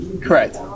Correct